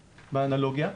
באנלוגיה.